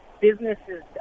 businesses